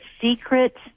secret